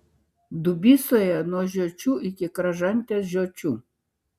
dubysoje nuo žiočių iki kražantės žiočių